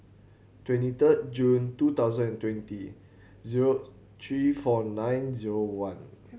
twenty third June two thousand and twenty zero three four nine zero one